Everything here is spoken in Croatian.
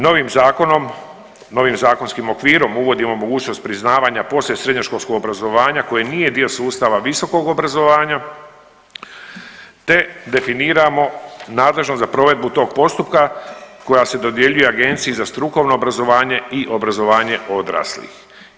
Novim zakonom, novim zakonskim okvirom uvodimo mogućnost priznavanja poslije srednjoškolskog obrazovanja koje nije dio sustava visokog obrazovanja, te definiramo nadležnost za provedbu tog postupka koja se dodjeljuje Agenciji za strukovno obrazovanje i obrazovanje odraslih.